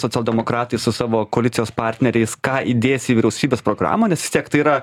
socialdemokratai su savo koalicijos partneriais ką įdės į vyriausybės programą nes vis tiek tai yra